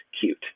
cute